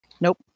Nope